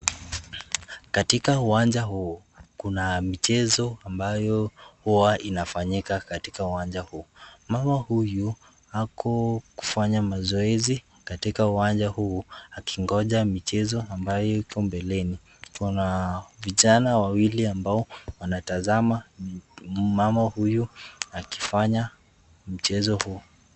Katika uwanja huu kuna michezo ambayo huwa inafanyika katika uwanja huu. Mama huyu ako kufanya mazoezi katika uwanja huu akingoja michezo ambayo iko mbeleni. Kuna vijana wawili ambao wanatazama mama huyu akifanya mchezo huu.